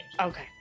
Okay